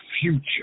future